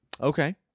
Okay